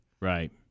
Right